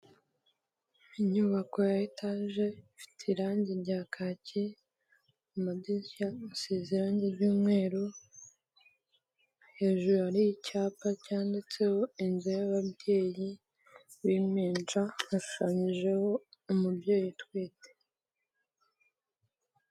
Inyubako ya etaje ifite irangi rya kacye amadirishya asize irangi ry'umweru, hejuru hariho icyapa cyanditseho inzu y'ababyeyi b'impinja hashushanyijeho umubyeyi utwite.